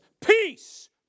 peace